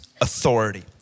authority